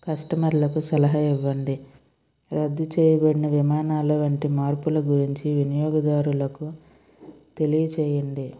customer లకు సలహా ఇవ్వండి రద్దు చేయబడిన విమానాలు వంటి మార్పుల గురించి వినియోగదారులకు తెలియజేయండి